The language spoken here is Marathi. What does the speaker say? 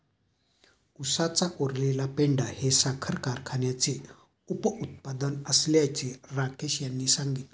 उसाचा उरलेला पेंढा हे साखर कारखान्याचे उपउत्पादन असल्याचे राकेश यांनी सांगितले